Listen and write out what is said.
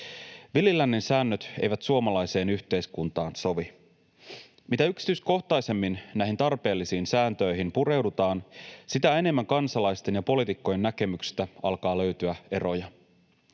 Villin lännen säännöt eivät suomalaiseen yhteiskuntaan sovi. Mitä yksityiskohtaisemmin näihin tarpeellisiin sääntöihin pureudutaan, sitä enemmän kansalaisten ja poliitikkojen näkemyksistä alkaa löytyä eroja.